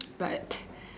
but